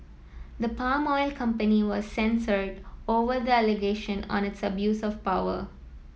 the palm oil company was censured over the allegation on its abuse of power